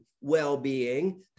well-being